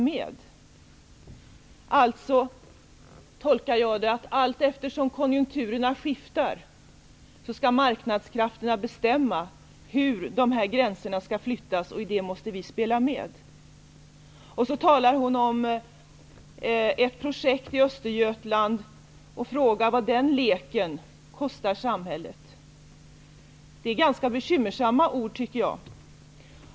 Jag tolkar det så, att allteftersom konjunkturerna skiftar skall marknadskrafterna bestämma hur de här gränserna skall flyttas, och i det måste vi spela med. Mona Saint Cyr talar om ett projekt i Östergötland och frågar vad den leken kostar samhället. Det är ganska bekymmersamma ord.